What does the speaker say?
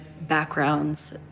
backgrounds